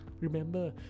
Remember